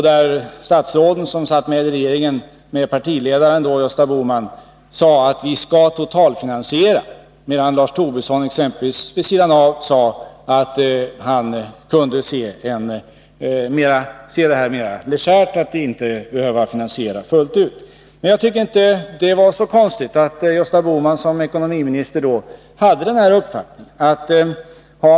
De statsråd som satt i regeringen tillsammans med partiledaren Gösta Bohman sade att vi skulle totalfinansiera, medan Lars Tobisson sade att man kunde ta det mera legärt och inte finansiera fullt ut. Det var inte så konstigt att Gösta Bohman såsom ekonomiminister hade den förstnämnda uppfattningen.